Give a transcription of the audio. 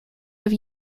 have